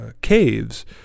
caves